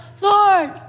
Lord